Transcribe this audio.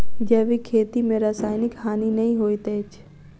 जैविक खेती में रासायनिक हानि नै होइत अछि